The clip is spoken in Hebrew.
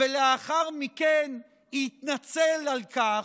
ולאחר מכן יתנצל על כך,